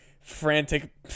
frantic